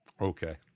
Okay